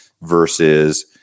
versus